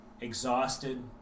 exhausted